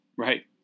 Right